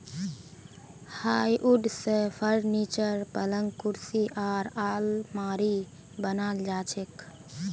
hardwood स furniture, पलंग कुर्सी आर आलमारी बनाल जा छेक